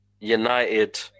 United